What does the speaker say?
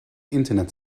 internet